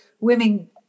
women